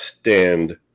stand